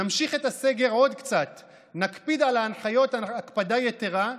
נמשיך את הסגר עוד קצת ונקפיד על ההנחיות הקפדה יתרה,